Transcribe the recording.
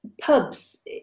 pubs